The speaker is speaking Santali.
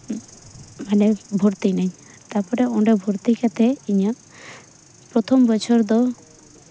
ᱢᱟᱱᱮ ᱵᱷᱚᱨᱛᱤᱭᱮᱱᱟᱹᱧ ᱛᱟᱨᱯᱚᱨᱮ ᱚᱸᱰᱮ ᱵᱷᱚᱨᱛᱤ ᱠᱟᱛᱮᱜ ᱤᱧᱟᱹᱜ ᱯᱨᱚᱛᱷᱚᱢ ᱵᱚᱪᱷᱚᱨᱫᱟ